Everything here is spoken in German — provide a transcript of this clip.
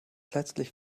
letztlich